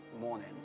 morning